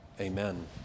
amen